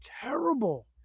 terrible